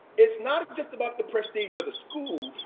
it's not just about the prestige of the school,